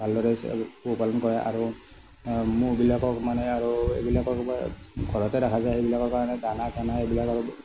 ভালদৰে পোহপালন কৰে আৰু ম'হবিলাকক মানে আৰু এইবিলাকক ঘৰতে ৰাখা যায় সেইবিলাকৰ কাৰণে দানা চানা এইবিলাক আৰু